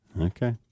okay